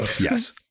Yes